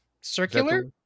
circular